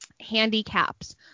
handicaps